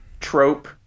trope